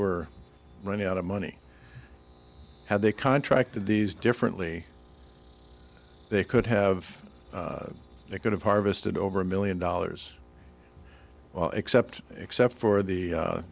were running out of money had they contracted these differently they could have they could have harvested over a million dollars except except for the